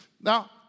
now